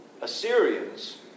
Assyrians